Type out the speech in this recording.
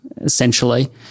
essentially